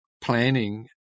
planning